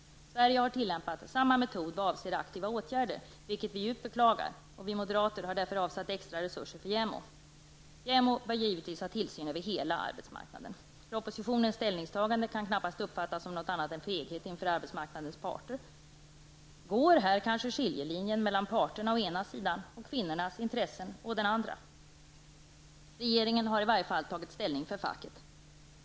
Sverige har tillämpat samma metod vad avser aktiva åtgärder, vilket vi djupt beklagar. Vi moderater har därför avsatt extra resurser för JämO. JämO bör givetvis ha tillsyn över hela arbetsmarknaden. Propositionens ställningstagande kan knappast uppfattas som annat än feghet inför arbetsmarknadens parter. Går här kanske skiljelinjen mellan parterna å ena sidan och kvinnornas intressen å andra sidan? Regeringen har här i varje fall tagit ställning för facket.